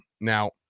Now